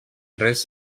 res